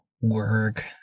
work